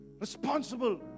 Responsible